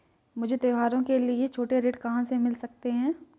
मुझे त्योहारों के लिए छोटे ऋण कहाँ से मिल सकते हैं?